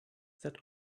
that